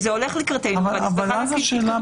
לא לכך נועדה תכלית הסעיפים האלה,